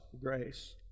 grace